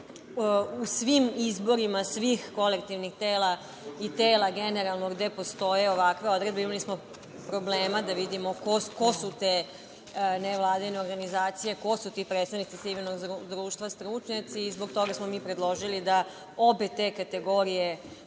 u svim izborima, svih kolektivnih tela, i tela generalno, gde postoje ovakve odredbe imali smo problema da vidimo ko su te nevladine organizacije, ko su ti predstavnici civilnog društva, stručnjaci i zbog toga smo mi predložili da obe te kategorije